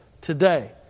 today